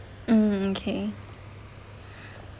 mm okay